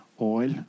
oil